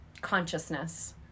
consciousness